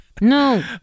no